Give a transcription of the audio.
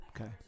Okay